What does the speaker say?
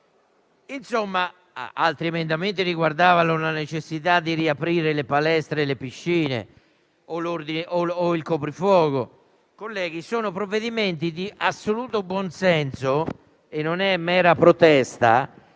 contagi; altri ancora riguardavano la necessità di riaprire le palestre e le piscine o il coprifuoco. Colleghi, si tratta di misure di assoluto buon senso e non di mera protesta,